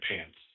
pants